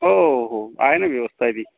हो हो हो आहे ना व्यवस्था आहे ती